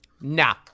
Nah